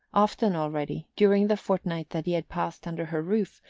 often already, during the fortnight that he had passed under her roof,